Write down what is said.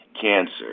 cancer